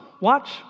Watch